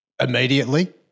immediately